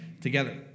together